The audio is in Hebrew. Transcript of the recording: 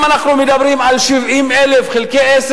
אם אנחנו מדברים על 70,000 חלקי 10,